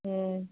ம்